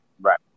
Right